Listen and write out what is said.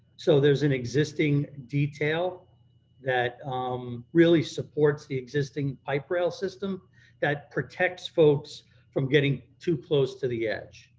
so there's an existing detail that um really supports the existing pipe rail system that protects folks from getting too close to the edge,